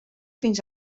fins